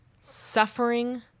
Suffering